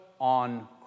on